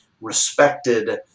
respected